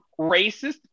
racist